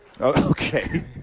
Okay